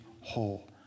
whole